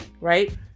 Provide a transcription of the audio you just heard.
right